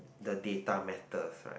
the data matters right